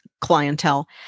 clientele